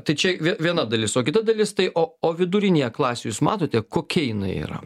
tai čia viena dalis o kita dalis tai o vidurinėje klasėje jūs matote kokia jinai yra